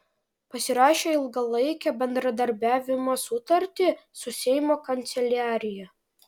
pasirašė ilgalaikę bendradarbiavimo sutartį su seimo kanceliarija